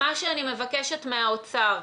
מה שאני מבקשת מהאוצר,